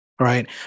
right